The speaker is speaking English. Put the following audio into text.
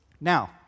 Now